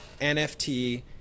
NFT